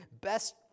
best